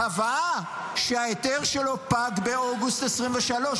קבעה שההיתר שלו פג באוגוסט 2023,